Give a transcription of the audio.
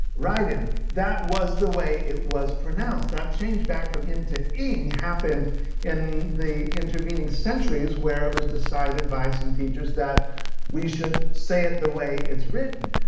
writin, that was the way it was pronounced. that change-back from in to ing happened in the intervening centuries where it was decided by some teachers that we should say it the way it's written.